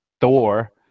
Thor